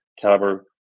caliber